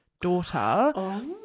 daughter